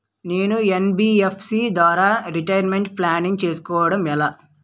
నేను యన్.బి.ఎఫ్.సి ద్వారా retirement planning చేసుకోవడం ఎలా?